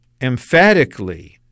Emphatically